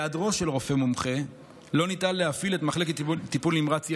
בהיעדרו של רופא מומחה לא ניתן להפעיל את מחלקת טיפול נמרץ ילדים.